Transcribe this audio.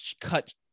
cut